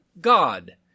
God